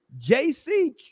JC